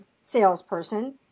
salesperson